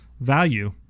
Value